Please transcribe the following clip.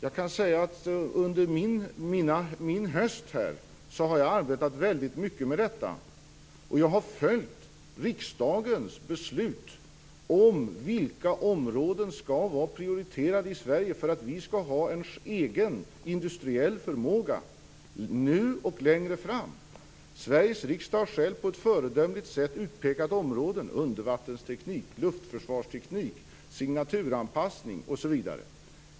Jag kan säga att under min höst här har jag arbetat väldigt mycket med detta. Jag har följt riksdagens beslut om vilka områden som skall vara prioriterade i Sverige för att vi skall ha en egen industriell förmåga - nu och längre fram. Sveriges riksdag har själv på ett föredömligt sätt utpekat områden: undervattensteknik, luftförsvarsteknik, signaturanpassning osv.